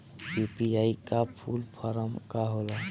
UPI का full form का होला?